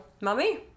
Mummy